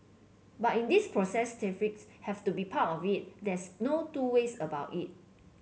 but in this process tariffs have to be part of it there's no two ways about it